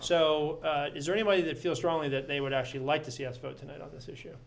so is there any way they feel strongly that they would actually like to see us vote tonight on this issue